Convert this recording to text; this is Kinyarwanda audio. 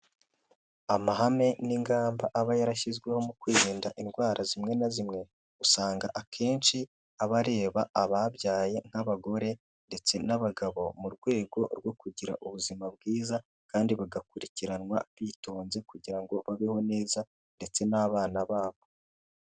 Amahame n'ingamba aba yarashyizweho mu kwirinda indwara zimwe na zimwe, usanga akenshi aba areba ababyaye nk'abagore ndetse n'abagabo mu rwego rwo kugira ubuzima bwiza kandi bagakurikiranwa bitonze kugira ngo babeho neza ndetse n'abana babo.